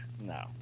No